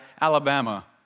Alabama